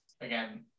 again